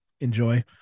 enjoy